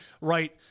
right